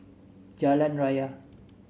Jalan Raya